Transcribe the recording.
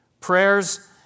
Prayers